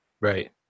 Right